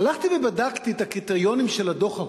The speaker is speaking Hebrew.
הלכתי ובדקתי את הקריטריונים של הדוח ההוא,